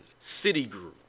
Citigroup